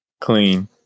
Clean